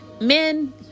men